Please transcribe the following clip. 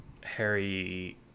Harry